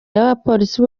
y’abapolisi